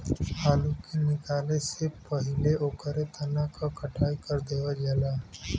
आलू के निकाले से पहिले ओकरे तना क कटाई कर देवल जाला